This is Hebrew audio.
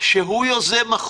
שהוא יוזם החוק,